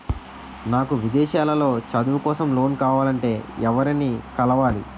నాకు విదేశాలలో చదువు కోసం లోన్ కావాలంటే ఎవరిని కలవాలి?